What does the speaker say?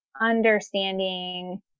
understanding